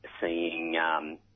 seeing